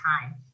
time